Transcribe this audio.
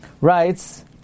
writes